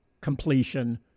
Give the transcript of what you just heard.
completion